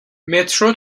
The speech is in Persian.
مترو